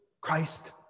Christ